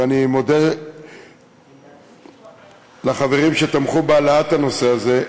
ואני מודה לחברים שתמכו בהעלאת הנושא הזה,